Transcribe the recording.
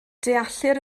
deallir